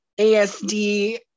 ASD